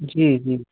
जी जी